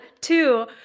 two